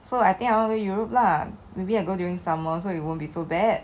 so I think I want go europe lah maybe I go during summers so it won't be so bad